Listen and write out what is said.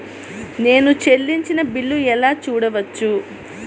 నేను చెల్లించిన బిల్లు ఎలా చూడవచ్చు?